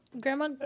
Grandma